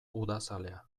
udazalea